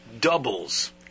doubles